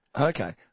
Okay